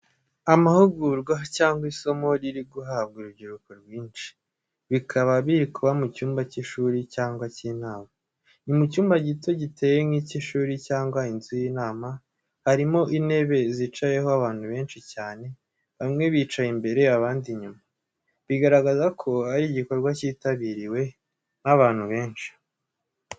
Amahugurwa cyangwa isomo riri guhabwa urubyiruko rwinshi, bikaba biri kuba mu cyumba cy’ishuri cyangwa icy’inama. Ni mu cyumba gito giteye nk’icy’ishuri cyangwa inzu y’inama harimo intebe zicayeho abantu benshi cyane bamwe bicaye imbere abandi inyuma, bigaragaza ko ari igikorwa cyitabiriwe n’abantu benshi.